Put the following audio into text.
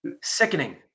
sickening